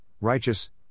righteous